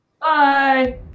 Bye